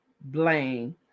blame